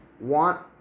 want